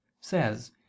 says